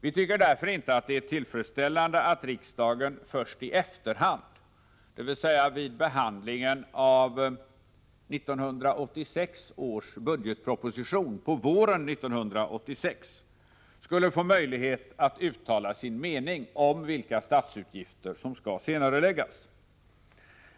Vi tycker därför inte att det är tillfredsställande att riksdagen först i efterhand, dvs. vid behandlingen av 1986 års budgetproposition på våren 1986, skulle få möjlighet att uttala sin mening om vilka statsutgifter som skall senareläggas.